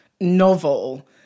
novel